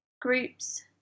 groups